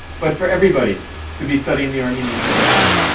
but for everybody to be studying the armenian genocide.